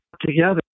together